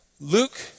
Luke